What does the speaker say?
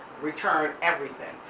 return everything.